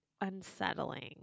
unsettling